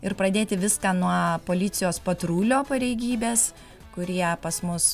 ir pradėti viską nuo policijos patrulio pareigybės kurie pas mus